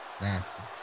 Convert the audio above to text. Nasty